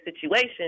situation